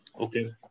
Okay